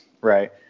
right